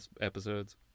episodes